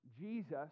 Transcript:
Jesus